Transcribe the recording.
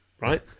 right